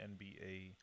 NBA